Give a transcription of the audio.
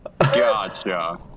gotcha